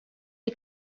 est